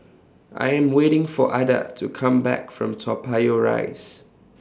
I Am waiting For Adda to Come Back from Toa Payoh Rise